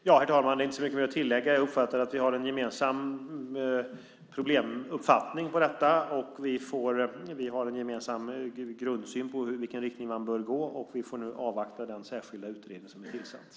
Herr talman! Det är inte så mycket mer att tillägga. Jag uppfattar att Christian Holm och jag har en gemensam problemuppfattning om detta och en gemensam grundsyn på i vilken riktning man bör gå. Vi får nu avvakta den särskilda utredning som har tillsatts.